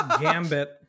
Gambit